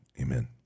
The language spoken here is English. amen